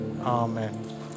Amen